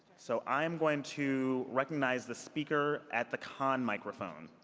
so i'm going to recognize the speaker at the con microphone.